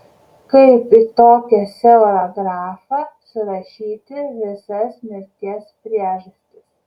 kaip į tokią siaurą grafą surašyti visas mirties priežastis